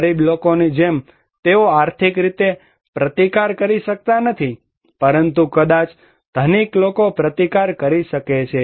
ગરીબ લોકોની જેમ તેઓ આર્થિક રીતે પ્રતિકાર કરી શકતા નથી પરંતુ કદાચ ધનિક લોકો પ્રતિકાર કરી શકે છે